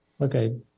Okay